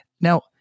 Now